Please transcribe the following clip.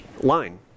line